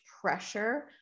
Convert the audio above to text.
pressure